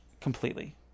completely